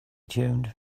tuned